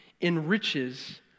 enriches